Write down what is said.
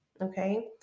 Okay